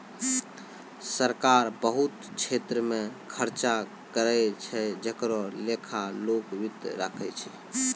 सरकार बहुत छेत्र मे खर्चा करै छै जेकरो लेखा लोक वित्त राखै छै